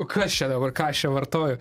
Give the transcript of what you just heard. kas čia dabar ką aš čia vartoju